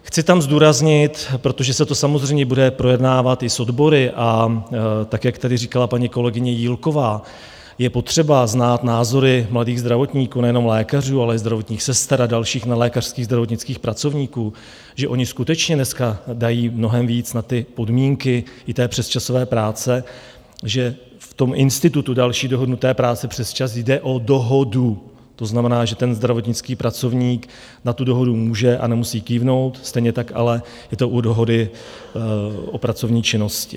Chci tam zdůraznit, protože se to samozřejmě bude projednávat i s odbory, a jak tady říkala paní kolegyně Jílková, je potřeba znát názory mladých zdravotníků, nejenom lékařů, ale i zdravotních sester a dalších nelékařských zdravotnických pracovníků, že oni skutečně dneska dají mnohem víc na ty podmínky i přesčasové práce, že v institutu další dohodnuté práce přesčas jde o dohodu, to znamená, že zdravotnický pracovník na tu dohodu může, a nemusí kývnout, stejně tak ale je to u dohody o pracovní činnosti.